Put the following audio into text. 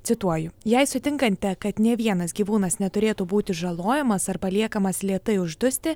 cituoju jei sutinkate kad nė vienas gyvūnas neturėtų būti žalojamas ar paliekamas lėtai uždusti